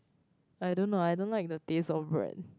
I don't know I don't like the taste of bread